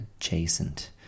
adjacent